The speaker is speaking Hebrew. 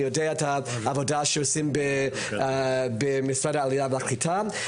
אני יודע את העבודה שעושים במשרד העלייה והקליטה,